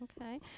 okay